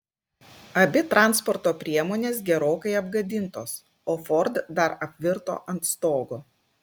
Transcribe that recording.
abi transporto priemonės gerokai apgadintos o ford dar apvirto ant stogo